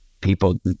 people